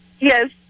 Yes